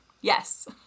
Yes